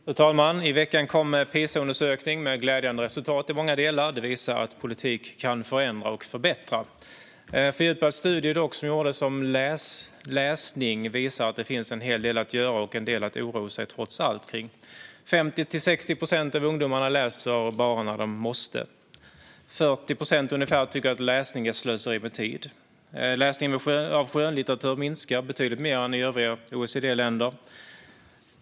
Fru talman! I veckan kom PISA-undersökningen med glädjande resultat i många delar. Det visar att politik kan förändra och förbättra. Fördjupade studier som gjordes om läsning visar dock att det finns en hel del att göra och en del att oroa sig för, trots allt. Av ungdomarna är det 50-60 procent som läser bara när de måste. Ungefär 40 procent tycker att läsning är slöseri med tid. Läsningen av skönlitteratur minskar betydligt mer än i övriga OECD-länder.